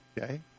okay